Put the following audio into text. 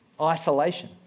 isolation